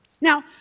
Now